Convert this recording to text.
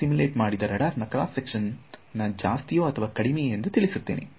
ನಾನು ಸಿಮುಲೇಟ್ ಮಾಡಿ ರಡಾರ್ ನ ಕ್ರಾಸ್ ಸೆಕ್ಷನ್ ಜಾಸ್ತಿಯೂ ಅಥವಾ ಕಡಿಮೆಯೂ ಎಂದು ತಿಳಿಸುತ್ತೇನೆ